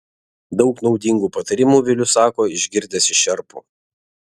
daug naudingų patarimų vilius sako išgirdęs iš šerpų